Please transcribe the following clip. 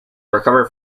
recover